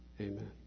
Amen